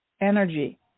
energy